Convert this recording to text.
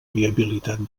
viabilitat